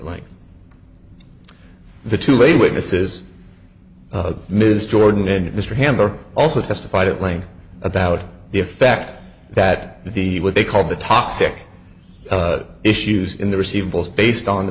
like the two late witnesses ms jordan and mr handler also testified at length about the effect that the what they called the toxic issues in the receivables based on the